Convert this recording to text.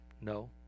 No